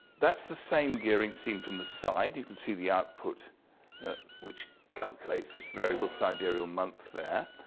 that's the same gearing seen from the side. you can see the output which calculates this variable sidereal month there.